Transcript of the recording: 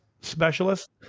specialist